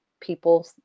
people